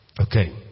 Okay